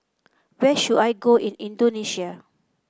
where should I go in Indonesia